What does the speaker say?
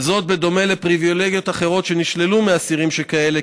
וזאת בדומה לפריבילגיות אחרות שנשללו מאסירים שכאלה,